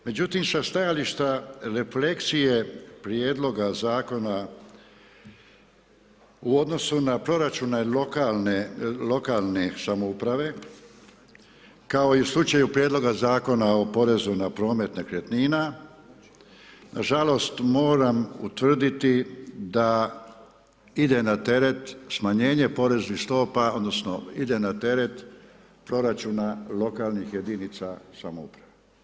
Međutim sa stajališta refleksije prijedloga zakona u odnosu na proračun lokalne samouprave kao i u slučaju Prijedloga zakona o porezu na promet nekretnina nažalost moram utvrditi da ide na teret smanjenje poreznih stopa, odnosno ide na teret proračuna lokalnih jedinica samouprave.